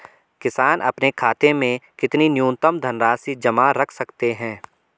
किसान अपने खाते में कितनी न्यूनतम धनराशि जमा रख सकते हैं?